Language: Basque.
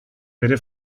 bere